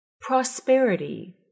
Prosperity